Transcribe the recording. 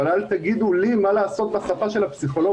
אבל אל תגידו לי מה לעשות בספה של הפסיכולוג,